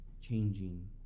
changing